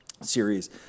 Series